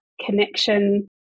connection